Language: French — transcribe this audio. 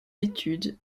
études